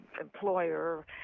employer